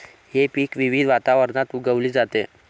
हे पीक विविध वातावरणात उगवली जाते